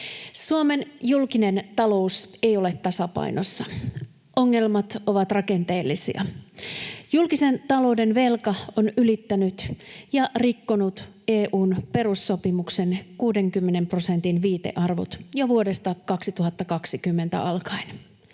Suomen julkinen talous ei ole tasapainossa. Ongelmat ovat rakenteellisia. Julkisen talouden velka on ylittänyt ja rikkonut EU:n perussopimuksen 60 prosentin viitearvot jo vuodesta 2020 alkaen.